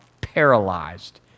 paralyzed